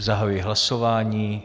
Zahajuji hlasování.